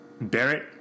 Barrett